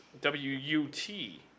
W-U-T